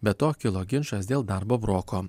be to kilo ginčas dėl darbo broko